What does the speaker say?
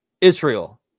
Israel